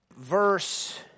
verse